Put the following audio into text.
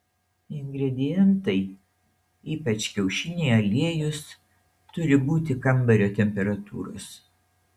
ingredientai ypač kiaušiniai aliejus turi būti kambario temperatūros